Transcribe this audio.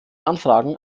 anfragen